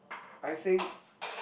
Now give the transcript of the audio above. I think